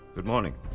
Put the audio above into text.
good morning.